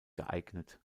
geeignet